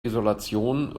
isolation